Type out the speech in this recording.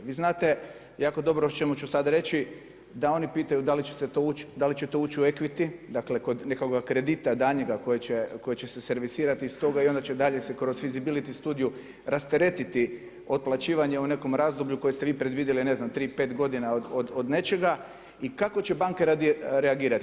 Vi znate jako dobro o čemu ću sada reći da oni pitaju da li će to ući u ekviti, dakle kod nekoga kredita daljnjega koji će se servisirati iz toga i onda će dalje se kroz fizibiliti studiju rasteretiti otplaćivanje u nekom razdoblju koji se vi predvidjeli ne znam 3, 5 godina od nečega i kako će banke reagirati.